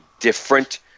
different